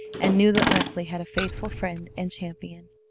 and knew that leslie had a faithful friend and champion,